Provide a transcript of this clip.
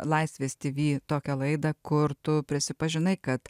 laisvės tv tokią laidą kur tu prisipažinai kad